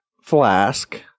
Flask